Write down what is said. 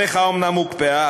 המחאה אומנם הוקפאה,